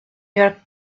york